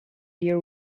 dear